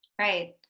Right